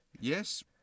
Yes